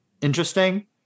interesting